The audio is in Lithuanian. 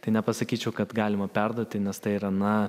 tai nepasakyčiau kad galima perduoti nes tai na